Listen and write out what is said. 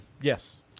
Yes